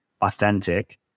authentic